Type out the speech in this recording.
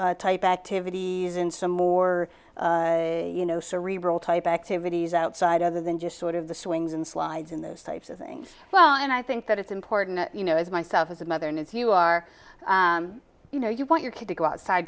building type activities and some more you know cerebral type activities outside other than just sort of the swings and slides in those types of things well and i think that it's important you know as myself as a mother and if you are you know you want your kid to go outside